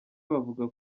bavuga